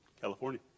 California